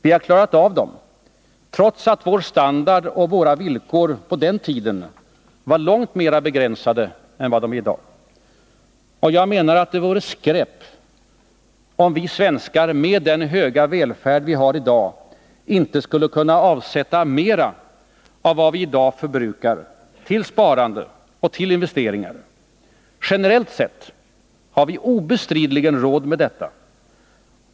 Vi har klarat av dem trots att vår standard och våra villkor på den tiden var långt mer begränsade än i dag. Det vore enligt min mening skräp om vi svenskar med vår höga välfärd inte skulle kunna avsätta mer av vad vi i dag förbrukar till sparande och investeringar. Generellt sett har vi obestridligen råd med detta.